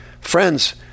Friends